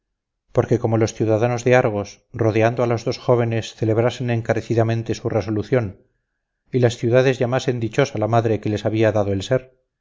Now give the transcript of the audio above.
porque como los ciudadanos de argos rodeando a los dos jóvenes celebrasen encarecidamente su resolución y las ciudadanas llamasen dichosa la madre que les había dado el ser